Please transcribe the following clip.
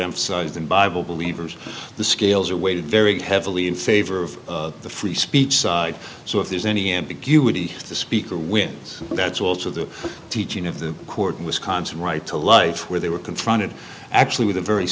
emphasized in bible believers the scales are weighted very heavily in favor of the free speech side so if there's any ambiguity if the speaker wins that's also the teaching of the court in wisconsin right to life where they were confronted actually with a very